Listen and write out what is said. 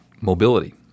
mobility